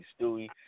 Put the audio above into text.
Stewie